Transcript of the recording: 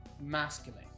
masculine